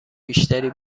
بیشتری